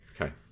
Okay